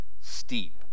steep